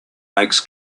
makes